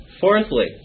Fourthly